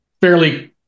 fairly